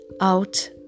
out